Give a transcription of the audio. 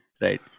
right